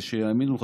ושיאמינו לך,